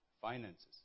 Finances